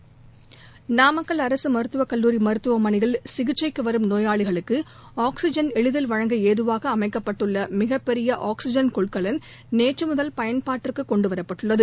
ஒதுக்கக் கூடாது என்றும் நாமக்கல் அரசு மருத்துவக் கல்லூரி மருத்துவமனையில் சிகிச்சைக்கு வரும் நோயாளிகளுக்கு ஆக்சிஜன் எளிதில் வழங்க ஏதுவாக அமைக்கப்பட்டுள்ள மிகப்பெரிய ஆக்ஸிஜன் கொள்கலன் நேற்று முதல் பயன்பாட்டிற்கு கொண்டுவரப்பட்டுள்ளது